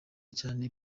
cyane